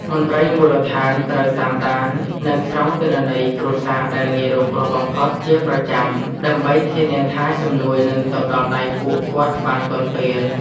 មន្ត្រីមូលដ្ឋានត្រូវតាមដាន និងស្រង់ទិន្នន័យគ្រួសារដែលងាយរងគ្រោះបំផុតជាប្រចាំដើម្បីធានាថាជំនួយនឹងទៅដល់ដៃពួកគាត់បានទាន់ពេល។